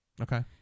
Okay